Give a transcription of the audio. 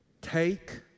Take